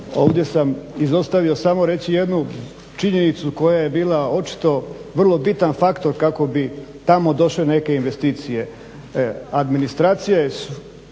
Ovdje sam izostavio samo reći jednu činjenicu koja je bila očito vrlo bitan faktor kako bi tamo došle neke investicije. Administracija je